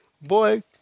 boy